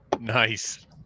nice